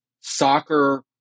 Soccer